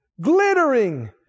Glittering